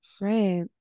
right